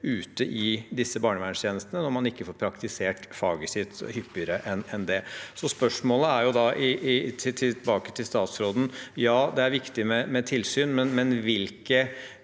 i disse barnevernstjenestene når man ikke får praktisert faget sitt hyppigere enn det. Spørsmålet tilbake til statsråden er: Det er viktig med tilsyn, men hvilke